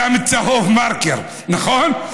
שם מרקר צהוב, נכון?